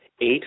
eight